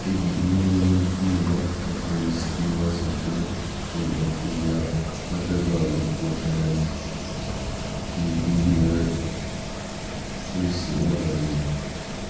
ꯑꯩꯒꯤ ꯏꯃꯨꯡ ꯃꯅꯨꯡ ꯄꯨꯝꯅꯃꯛ ꯏꯟꯁꯨꯔꯦꯟꯁ ꯄꯤꯕ ꯁꯦꯟꯇ꯭ꯔꯦꯜ ꯕꯦꯡ ꯑꯣꯐ ꯏꯟꯗꯤꯌꯥ ꯅꯠꯇ꯭ꯔꯒ ꯂꯤꯞꯀꯣ ꯐꯥꯏꯅꯥꯟꯁꯒꯤ ꯇꯨ ꯍ꯭ꯋꯤꯜꯂꯔ ꯄꯣꯂꯤꯁꯤ ꯑꯃꯒ ꯂꯩꯕ꯭ꯔ